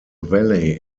valley